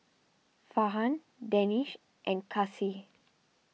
Farhan Danish and Kasih